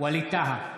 ווליד טאהא,